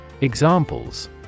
Examples